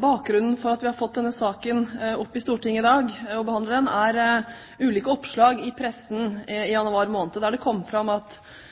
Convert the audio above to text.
Bakgrunnen for at vi har fått denne saken til behandling i Stortinget, er ulike oppslag i pressen i januar måned, der det kom fram at fanger fra EØS-området som soner mer enn ett års fengselstraff, kan anses som medlemmer av folketrygden, og